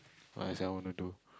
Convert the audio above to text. what is I wanna do